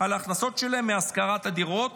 על ההכנסות שלהם מהשכרת הדירות